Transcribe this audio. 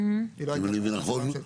אם אני מבין נכון,